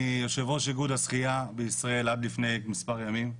אני יושב-ראש איגוד השחייה בישראל עד לפני מספר ימים.